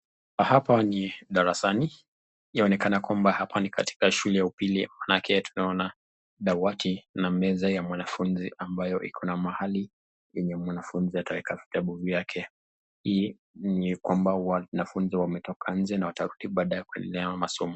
Hapa ni darasani, yaonekana kwamba hapa ni katika shule ya upili, maanake tunaona dawati na meza ya wanafunzi ambayo iko na mahali yenye mwanafunzi ataweka vitabu vyake. Hii ni kwamba wanafunzi wemetoka nje na watarudi baadaye kuendelea na mazomo.